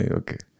okay